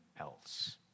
else